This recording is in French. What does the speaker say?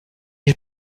est